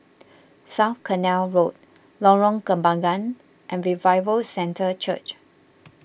South Canal Road Lorong Kembangan and Revival Centre Church